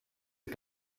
est